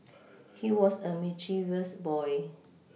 he was a mischievous boy